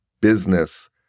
business